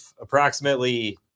approximately